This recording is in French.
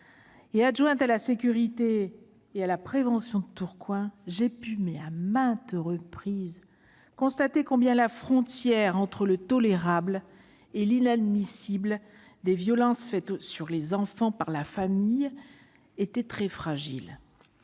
Adjointe à la sécurité et à la prévention de Tourcoing, j'ai pu à maintes reprises constater que la frontière entre le tolérable et l'inadmissible des violences exercées sur les enfants par la famille était très fragile.